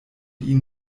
ihn